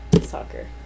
soccer